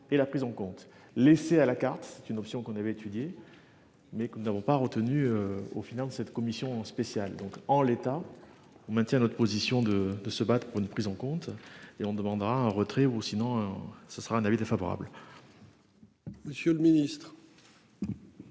et la prise en compte. Laisser à la carte, c'est une option qu'on avait étudié. Mais que nous n'avons pas retenu. Au final, cette commission spéciale donc en l'état. On maintient notre position de de se battre pour une prise en compte et on demandera un retrait ou sinon ce sera un avis défavorable. Monsieur le Ministre.